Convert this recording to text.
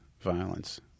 violence